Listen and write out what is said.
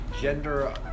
gender